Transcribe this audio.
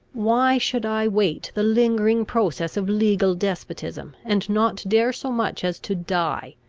why should i wait the lingering process of legal despotism, and not dare so much as to die,